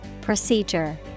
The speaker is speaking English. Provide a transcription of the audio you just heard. Procedure